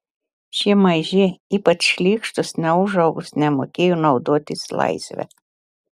šie maži ypač šlykštūs neūžaugos nemokėjo naudotis laisve